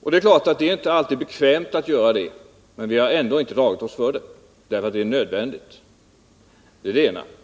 Det är inte alltid bekvämt att göra det, men eftersom det är nödvändigt har vi ändå inte dragit oss för det. Det var det ena jag ville säga.